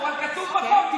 אבל כתוב בחוק,